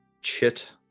chit